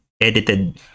edited